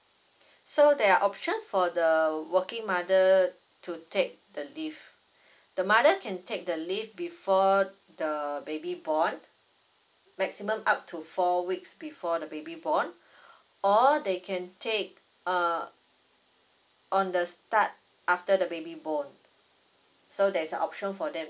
so there are option for the working mother to take the leave the mother can take the leave before the baby born maximum up to four weeks before the baby born or they can take err on the start after the baby born so there's a option for them